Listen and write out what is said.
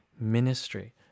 ministry